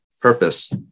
Purpose